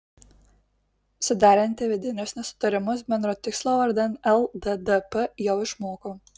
suderinti vidinius nesutarimus bendro tikslo vardan lddp jau išmoko